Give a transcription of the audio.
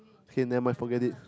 okay nevermind forget it